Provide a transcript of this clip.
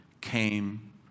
came